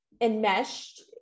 enmeshed